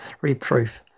reproof